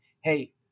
hey